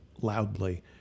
loudly